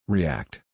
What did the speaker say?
React